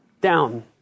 Down